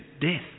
death